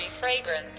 fragrant